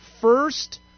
first